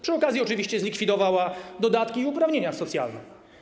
Przy okazji oczywiście zlikwidowała dodatki i uprawnienia socjalne.